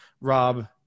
Rob